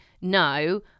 no